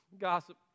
gossip